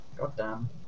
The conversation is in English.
Goddamn